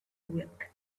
whip